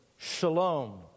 Shalom